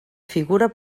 figura